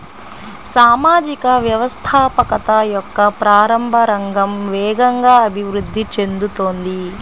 సామాజిక వ్యవస్థాపకత యొక్క ప్రారంభ రంగం వేగంగా అభివృద్ధి చెందుతోంది